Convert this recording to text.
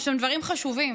אמרת שם דברים חשובים,